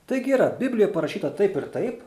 taigi yra biblija parašyta taip ir taip